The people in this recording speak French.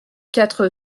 quatre